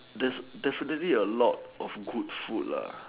there's definitely a lot of good food